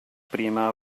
prima